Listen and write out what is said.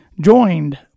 joined